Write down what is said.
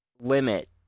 limit